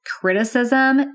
criticism